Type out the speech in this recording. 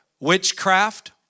Witchcraft